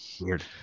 Weird